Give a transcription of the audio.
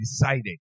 decided